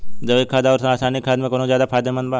जैविक खाद आउर रसायनिक खाद मे कौन ज्यादा फायदेमंद बा?